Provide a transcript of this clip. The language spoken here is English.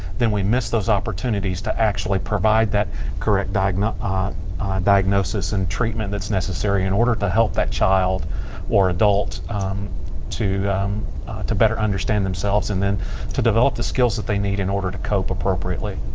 then we miss those opportunities to actually provide that correct diagnosis ah diagnosis and treatment that's necessary in order to help that child or adult to to better understand themselves and then to develop the skills that they need in order to cope appropriately.